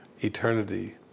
eternity